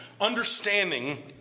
understanding